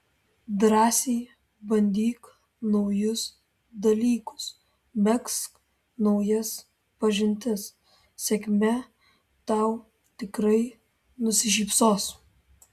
drąsiai bandyk naujus dalykus megzk naujas pažintis sėkmė tau tikrai nusišypsos